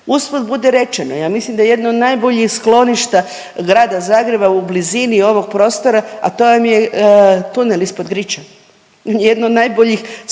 Usput budi rečeno ja mislim da jedno od najboljih skloništa grada Zagreba u blizini ovog prostora, a to vam je tunel ispod Griča, jedno od najboljih skloništa